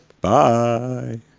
Bye